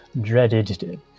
dreaded